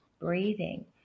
breathing